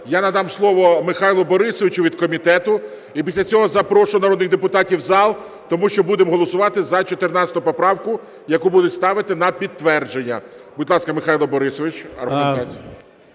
Я надам слово Михайлу Борисовичу від комітету і після цього запрошую народних депутатів в зал, тому що будемо голосувати за 14 поправку, яку будуть ставити на підтвердження. Будь ласка, Михайло Борисович, аргументація.